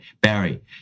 Barry